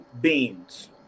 Beans